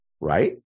right